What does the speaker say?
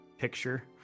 picture